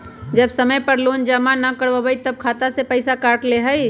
जब समय पर लोन जमा न करवई तब खाता में से पईसा काट लेहई?